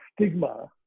stigma